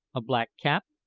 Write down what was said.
a black cap,